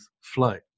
flight